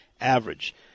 average